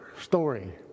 story